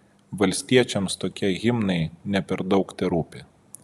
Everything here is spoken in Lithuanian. valstiečiams tokie himnai ne per daug terūpi